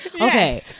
okay